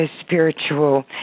spiritual